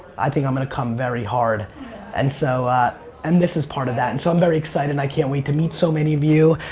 i think i'm going to come very hard and so and this is part of that. and so i'm very excited and i can't wait to meet so many of you,